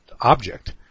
object